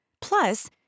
Plus